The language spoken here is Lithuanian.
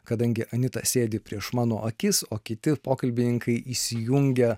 kadangi anita sėdi prieš mano akis o kiti pokalbininkai įsijungia